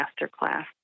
Masterclass